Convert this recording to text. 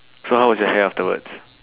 so how was your hair afterwards